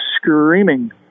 screaming